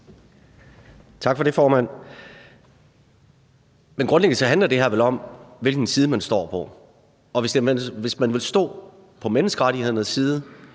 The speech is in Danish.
grundlæggende handler det her vel om, hvilken side man står på, og hvis man vil stå på menneskerettighedernes side,